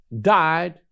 died